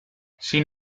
sin